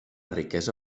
riquesa